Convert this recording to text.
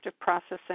processing